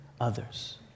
others